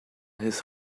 his